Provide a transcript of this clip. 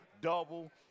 double